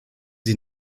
sie